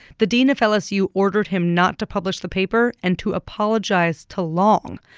the dean of lsu ordered him not to publish the paper and to apologize to long.